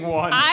one